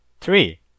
Three